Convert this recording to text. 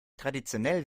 traditionell